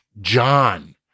John